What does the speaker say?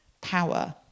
power